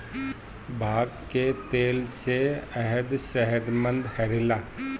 भांग के तेल से ह्रदय सेहतमंद रहेला